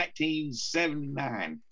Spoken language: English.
1979